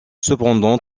cependant